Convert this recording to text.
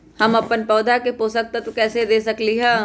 हम अपन पौधा के पोषक तत्व कैसे दे सकली ह?